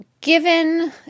given